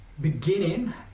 beginning